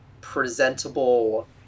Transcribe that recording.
presentable